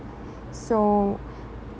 so